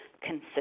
consistent